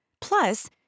Plus